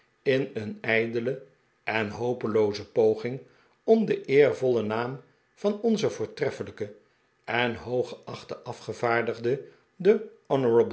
in een ijdele en hopelooze poging om den eervollen naam van onzen voortreffelijken en hooggeachten afgevaardigde den